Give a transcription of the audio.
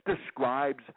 describes